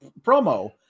promo